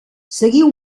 seguiu